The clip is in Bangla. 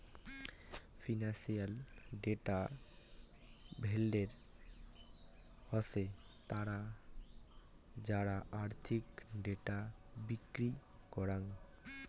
ফিনান্সিয়াল ডেটা ভেন্ডর হসে তারা যারা আর্থিক ডেটা বিক্রি করাং